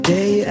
Day